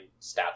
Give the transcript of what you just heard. stats